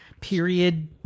period